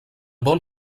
bon